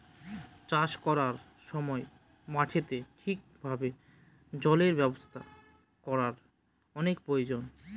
চাষ করার সময় মাটিতে ঠিক ভাবে জলের ব্যবস্থা করার অনেক প্রয়োজন